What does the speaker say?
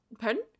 Pardon